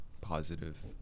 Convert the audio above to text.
positive